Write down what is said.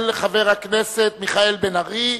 של חבר הכנסת מיכאל בן-ארי,